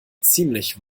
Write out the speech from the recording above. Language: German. ziemlich